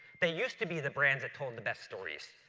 they used to be the brands that told the best stories.